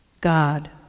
God